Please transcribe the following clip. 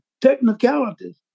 technicalities